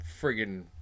friggin